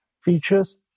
features